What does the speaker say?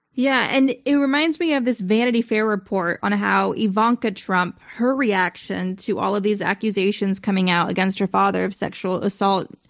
yeah. and it reminds me of this vanity fair report on how ivanka trump, her reaction to all of these accusations coming out against her father of sexual assault,